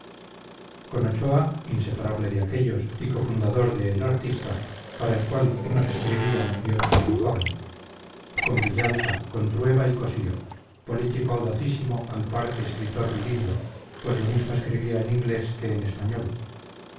con ochoa inseparable de aquellos y co fundador de el artista para el cual unos escribían y otros dibujaban con villalta con trueba y cossío político audacísimo al par que escritor bilingüe pues lo mismo escribía en inglés que en español